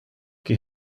qui